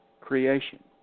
creation